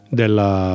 della